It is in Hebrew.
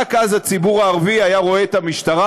רק אז הציבור הערבי היה רואה את המשטרה,